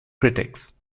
critics